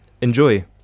enjoy